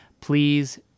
please